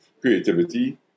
creativity